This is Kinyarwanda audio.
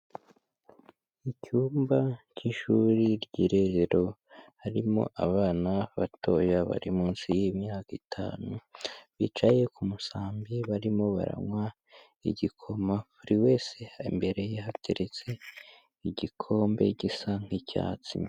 Icyumba cy'ishuri ry'irerero harimo abana batoya bari munsi y'imyaka itanu, bicaye ku musambi barimo baranywa igikoma buri wese imbere ye hateretse igikombe gisa nk'icyatsi.